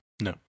No